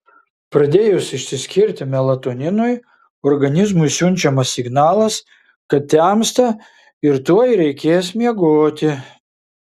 pradėjus išsiskirti melatoninui organizmui siunčiamas signalas kad temsta ir tuoj reikės miegoti